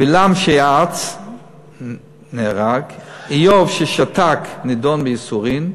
בלעם שיעץ נהרג, איוב ששתק נידון בייסורים,